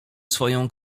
swoją